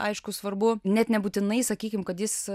aišku svarbu net nebūtinai sakykim kad jis